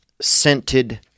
scented